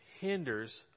hinders